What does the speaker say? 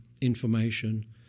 information